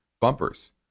bumpers